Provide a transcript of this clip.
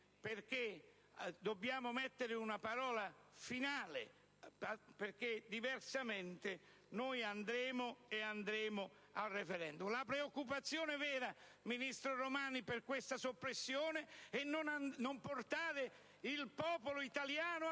perché dobbiamo mettere una parola finale: diversamente, noi andremo al *referendum*. La preoccupazione vera, ministro Romani, per questa soppressione, è non portare il popolo italiano a